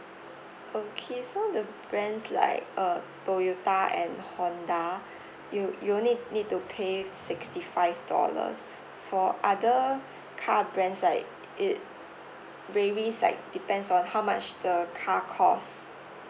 okay so the brands like uh Toyota and Honda you you will need need to pay sixty five dollars for other car brands right it varies like depends on how much the car cost